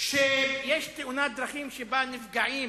כשיש תאונת דרכים שבה נפגעים